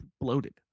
bloated